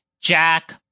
Jack